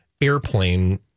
airplane